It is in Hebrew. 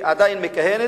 והיא עדיין מכהנת.